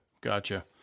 Gotcha